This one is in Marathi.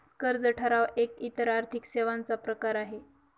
कर्ज ठराव एक इतर आर्थिक सेवांचा प्रकार आहे